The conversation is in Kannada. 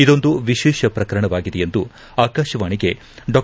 ಇದೊಂದು ವಿಶೇಷ ಪ್ರಕರಣವಾಗಿದೆ ಎಂದು ಆಕಾಶವಾಣಿಗೆ ಡಾ